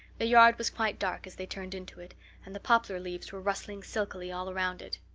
the yard was quite dark as they turned into it and the poplar leaves were rustling silkily all round it.